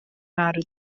marw